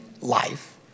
life